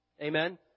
Amen